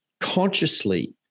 Consciously